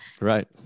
Right